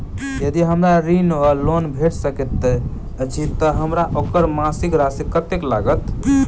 यदि हमरा ऋण वा लोन भेट सकैत अछि तऽ हमरा ओकर मासिक राशि कत्तेक लागत?